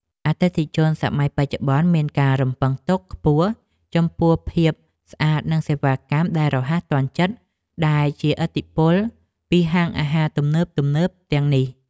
អតិថិជនសម័យបច្ចុប្បន្នមានការរំពឹងទុកខ្ពស់ចំពោះភាពស្អាតនិងសេវាកម្មដែលរហ័សទាន់ចិត្តដែលជាឥទ្ធិពលពីហាងអាហារទំនើបៗទាំងនេះ។